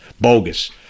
bogus